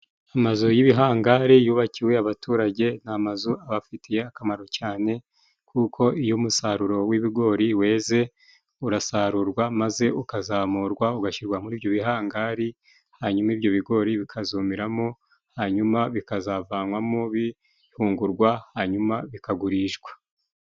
Amazu y'ibihangare yubakiwe abaturage, ni amazu abafitiye akamaro cane, kuko iyo umusaruro w'ibigori weze urasarurwa maze ukazamurwa ugashyirwa muri ibyo bihangari, hanyuma ibyo bigori bikazumiramo, hanyuma bikazavanwamo bihungurwa, hanyuma bikagurishwa.